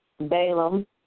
Balaam